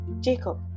jacob